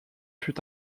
fut